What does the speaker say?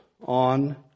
on